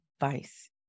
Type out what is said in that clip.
advice